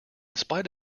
spite